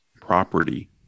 property